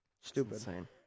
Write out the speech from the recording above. stupid